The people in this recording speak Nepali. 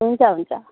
हुन्छ हुन्छ